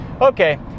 Okay